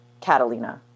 Catalina